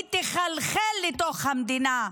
היא תחלחל לתוך המדינה,